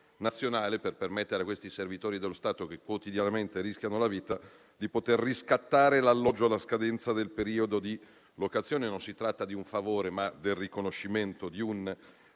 nazionale per permettere a questi servitori dello Stato, che quotidianamente rischiano la vita, di poter riscattare l'alloggio alla scadenza del periodo di locazione. Non si tratta di un favore, ma del riconoscimento di un